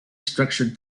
structured